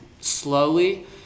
slowly